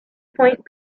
point